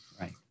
Right